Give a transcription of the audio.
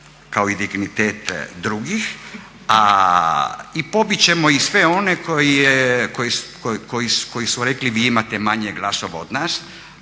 kao i dignitet drugih, a pobit ćemo sve one koji su rekli vi imate manje glasova od nas.